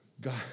God